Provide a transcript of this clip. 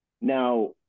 Now